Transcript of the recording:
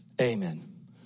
amen